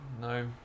No